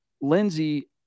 Lindsey